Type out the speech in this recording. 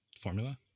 formula